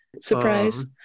Surprise